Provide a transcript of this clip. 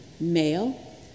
male